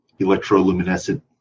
electroluminescent